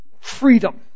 Freedom